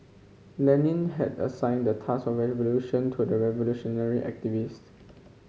Lenin had assigned the task of revolution to the revolutionary activist